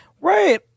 Right